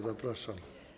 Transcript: Zapraszam.